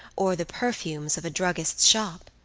or the perfumes of a druggist's shop?